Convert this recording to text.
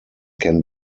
can